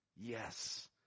Yes